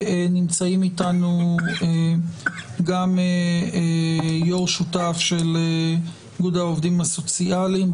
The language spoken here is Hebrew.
נמצא אתנו גם יו"ר שותף של איגוד העובדים הסוציאליים,